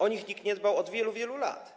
O nich nikt nie dbał od wielu, wielu lat.